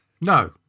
No